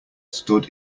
stood